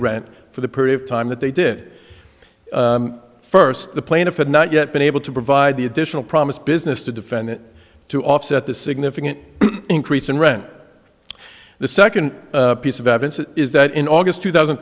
rent for the period of time that they did first the plaintiff had not yet been able to provide the additional promised business to defend it to offset the significant increase in rent the second piece of evidence is that in august two thousand